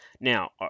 Now